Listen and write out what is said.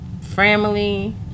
family